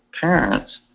parents